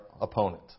opponent